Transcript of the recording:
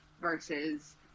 versus